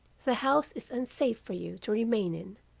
the house is unsafe for you to remain in.